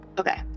Okay